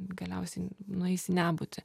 galiausiai nueis į nebūtį